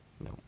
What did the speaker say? No